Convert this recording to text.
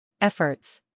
Efforts